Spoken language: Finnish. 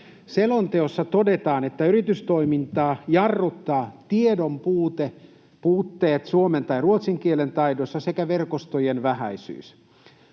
Selonteossa todetaan, että yritystoimintaa jarruttaa tiedon puute, puutteet suomen tai ruotsin kielen taidossa sekä verkostojen vähäisyys.